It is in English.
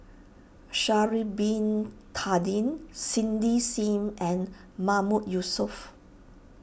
Sha'ari Bin Tadin Cindy Sim and Mahmood Yusof